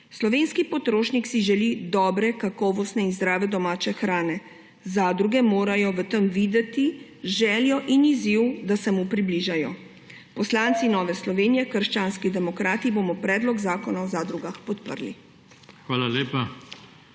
Slovenski potrošnik si želi dobre, kakovostne in zdrave domače hrane, zadruge morajo v tem videti željo in izziv, da se mu približajo. Poslanci Nove Slovenije – krščanskih demokratov bomo predlog zakona o zadrugah podprli.